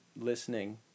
listening